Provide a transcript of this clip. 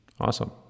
Awesome